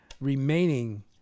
remaining